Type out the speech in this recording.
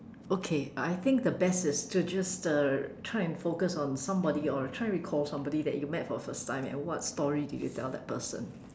okay I think the best is to just uh try and focus on somebody or try recall somebody that you met for the first time and what story did you tell that person